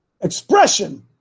expression